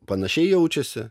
panašiai jaučiasi